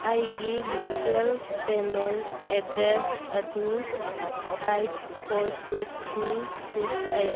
ꯑꯩꯒꯤ virtual payment address ꯑꯗꯨ eight four six three six eight